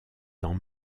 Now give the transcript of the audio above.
dans